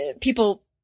people